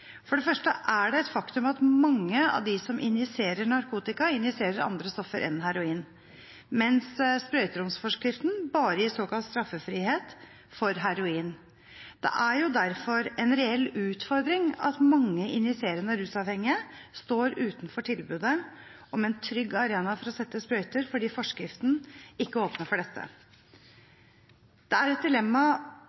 For det første er det et faktum at mange av dem som injiserer narkotika, injiserer andre stoffer enn heroin, mens sprøyteromsforskriften bare gir såkalt straffefrihet for heroin. Det er derfor en reell utfordring at mange injiserende rusavhengige står utenfor tilbudet om en trygg arena for å sette sprøyter, fordi forskriften ikke åpner for dette.